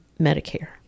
Medicare